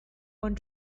want